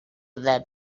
that